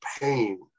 pain